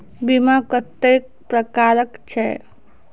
बीमा कत्तेक प्रकारक छै?